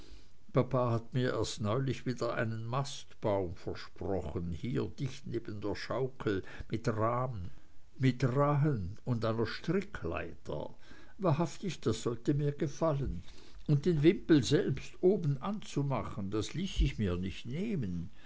papa hat mir erst neulich wieder einen mastbaum versprochen hier dicht neben der schaukel mit rahen und einer strickleiter wahrhaftig das sollte mir gefallen und den wimpel oben selbst anzumachen das ließ ich mir nicht nehmen